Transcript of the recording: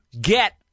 get